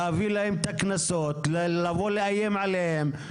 להביא להם את הקנסות, לבוא לאיים עליהם.